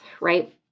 right